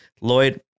Lloyd